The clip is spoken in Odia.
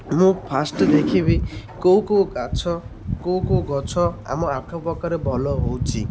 ମୁଁ ଫାଷ୍ଟ୍ ଦେଖିବି କେଉଁ କେଉଁ ଗଛ କେଉଁ କେଉଁ ଗଛ ଆମ ଆଖପାଖରେ ଭଲ ହେଉଛି